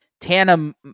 Tana